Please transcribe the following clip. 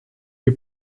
you